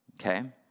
Okay